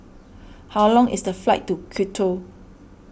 how long is the flight to Quito